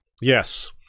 Yes